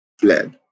fled